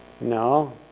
No